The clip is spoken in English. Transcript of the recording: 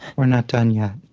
we're not done yet